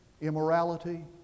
immorality